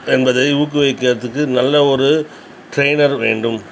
என்பதை ஊக்குவிக்கறதுக்கு நல்ல ஒரு ட்ரெய்னர் வேண்டும்